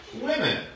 women